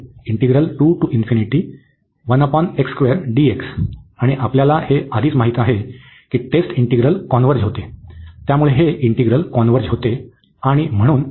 आणि आम्हाला हे आधीच माहित आहे की टेस्ट इंटिग्रल कॉन्व्हर्ज होते त्यामुळे हे इंटिग्रल कॉन्व्हर्ज होते